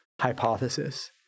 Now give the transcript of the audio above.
hypothesis